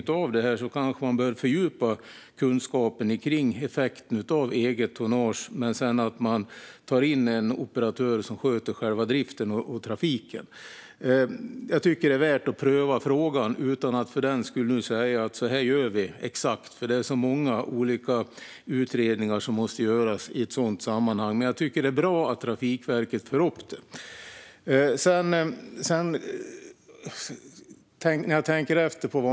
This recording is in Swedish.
Man kanske behöver fördjupa kunskapen om effekten av eget tonnage. Sedan kan man ta in en operatör som sköter själva driften och trafiken. Jag tycker att det är värt att pröva frågan utan att för den skull säga exakt hur vi ska göra. Det är många olika utredningar som måste göras, men jag tycker att det är bra att Trafikverket för upp det.